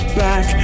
back